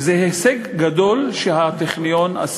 וזה הישג גדול של הטכניון,